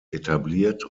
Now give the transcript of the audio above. etabliert